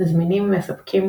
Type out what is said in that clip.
זמינים מספקים